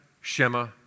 Shema